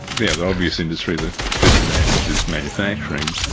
the other obvious industry that is disadvantaged is manufacturing.